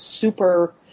super